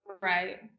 right